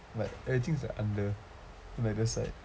like everything is under like the side